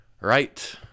right